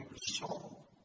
Saul